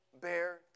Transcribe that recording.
bear